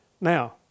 Now